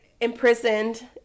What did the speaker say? imprisoned